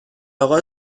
اقا